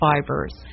fibers